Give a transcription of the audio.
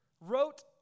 wrote